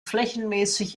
flächenmäßig